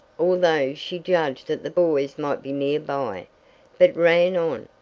although she judged that the boys might be near by but ran on,